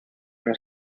las